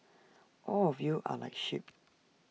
all of you are like sheep